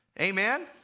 Amen